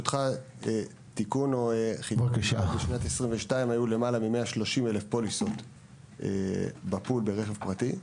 תיקון - ב-2022 היו למעלה מ-30,000 פוליסות בפול ברכב פרטי.